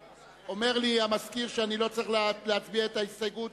אומר לי המזכיר שאני לא צריך להצביע על ההסתייגות